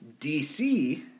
DC